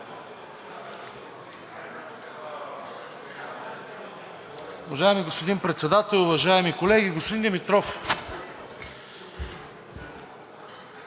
Уважаеми господин Председател, уважаеми колеги, господин Димитров!